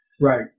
right